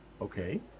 okay